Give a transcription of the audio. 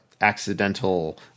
accidental